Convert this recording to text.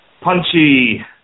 punchy